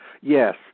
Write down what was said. Yes